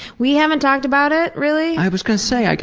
we haven't talked about it really. i was going to say. like